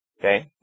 Okay